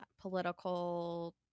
political